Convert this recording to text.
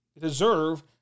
deserve